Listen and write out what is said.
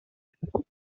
naturels